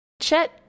Chet